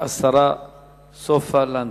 השרה סופה לנדבר.